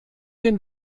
den